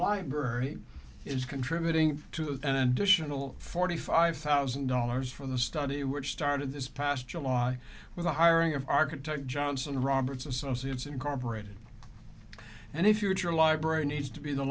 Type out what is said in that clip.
library is contributing to and titian all forty five thousand dollars for the study which started this past july with the hiring of architect johnson roberts associates incorporated and if your library needs to be the